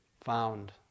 found